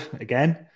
again